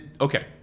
okay